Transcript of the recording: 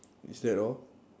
is that all